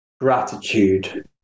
gratitude